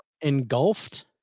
Engulfed